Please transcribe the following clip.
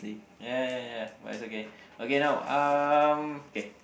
ya ya ya but it's okay okay now um okay